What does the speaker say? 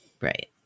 Right